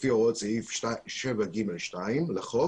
ולפי הוראות סעיף 7(ג)(2) לחוק